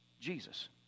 Jesus